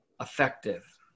effective